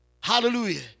Hallelujah